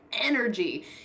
energy